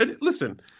Listen